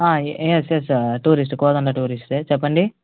yes yes tourist Kodanda టూరిస్టే చెప్పండి